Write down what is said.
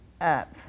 up